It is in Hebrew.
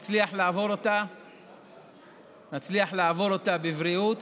נצליח לעבור בבריאות,